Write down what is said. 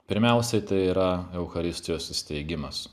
pirmiausiai tai yra eucharistijos įsteigimas